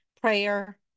prayer